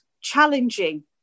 challenging